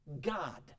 God